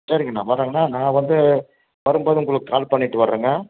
சரிங்கண்ணா வரங்க அண்ணா நான் வந்து வரும்போது உங்களுக்கு கால் பண்ணிவிட்டு வரங்க